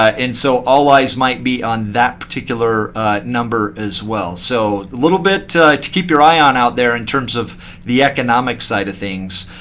and so all eyes might be on that particular number as well. so a little bit to keep your eye on out there in terms of the economic side of things.